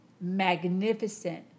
magnificent